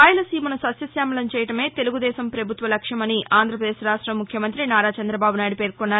రాయలసీమను సస్యశ్వామలం చేయడమే తెలుగుదేశం పభుత్వ లక్ష్యమని ఆంధ్రపదేశ్ రాష్ట ముఖ్యమంతి నారా చందబాబు నాయుడు పేర్కొన్నారు